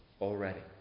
already